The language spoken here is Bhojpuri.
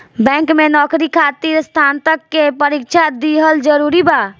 बैंक में नौकरी खातिर स्नातक के परीक्षा दिहल जरूरी बा?